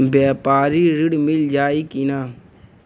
व्यापारी ऋण मिल जाई कि ना?